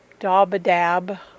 Dabadab